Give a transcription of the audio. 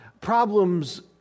problems